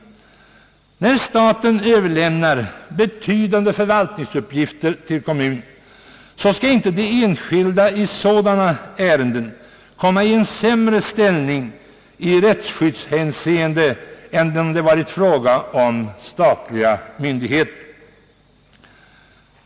När staten överlämnar betydande förvaltningsuppgifter till kommunerna skall inte de enskilda i sådana ärenden komma i en sämre ställning i rättsskyddshänseende än om det varit fråga om statliga myndigheter.